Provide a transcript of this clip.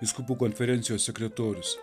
vyskupų konferencijos sekretorius